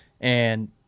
And-